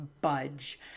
budge